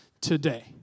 today